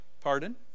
pardon